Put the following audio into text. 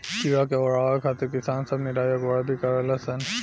कीड़ा के ओरवावे खातिर किसान सब निराई आ गुड़ाई भी करलन सन